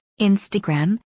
Instagram